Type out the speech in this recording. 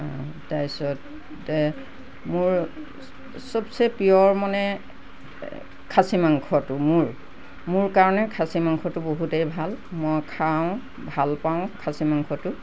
তাৰ পিছতে মোৰ চবচে প্ৰিয় মানে খাছী মাংসটো মোৰ মোৰ কাৰণে খাছী মাংসটো বহুতেই ভাল মই খাওঁ ভাল পাওঁ খাছী মাংসটো